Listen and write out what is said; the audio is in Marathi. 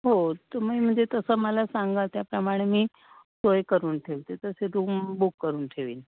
हो तुम्ही म्हणजे तसं मला सांगा त्याप्रमाणे मी सोय करून ठेवते तसे रूम बुक करून ठेवीन